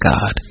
God